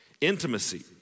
Intimacy